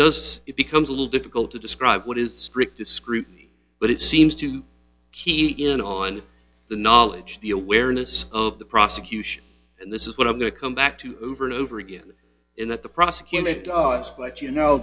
does it becomes a little difficult to describe what is strict discreet but it seems to key in on the knowledge the awareness of the prosecution and this is what i'm going to come back to over and over again in that the prosecutor but you know